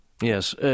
Yes